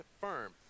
firm